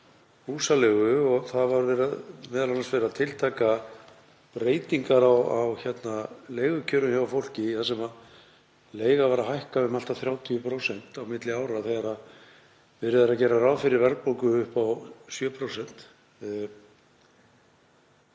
Þar var m.a. verið að tiltaka breytingar á leigukjörum hjá fólki þar sem leiga var að hækka um allt að 30% á milli ára þegar verið er að gera ráð fyrir verðbólgu upp á 7%.